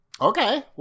Okay